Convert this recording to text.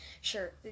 Sure